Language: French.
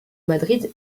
madrid